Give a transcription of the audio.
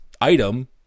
item